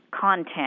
Content